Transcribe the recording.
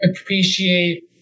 appreciate